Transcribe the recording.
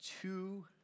two